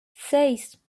seis